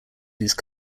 these